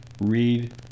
read